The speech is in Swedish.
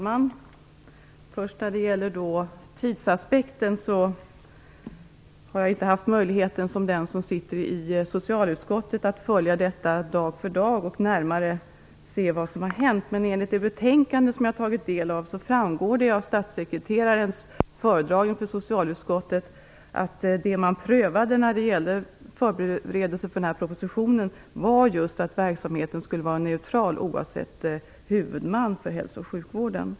Fru talman! När det först gäller tidsaspekten har jag inte haft samma möjlighet som de som sitter i socialutskottet att följa detta dag för dag och närmare se vad som har hänt. Men enligt det betänkande som jag har tagit del av framgick det av statssekreterarens föredragning för socialutskottet att det man prövade när det gällde förberedelsen för denna proposition var att verksamheten skulle vara neutral, oavsett huvudman för hälso och sjukvården.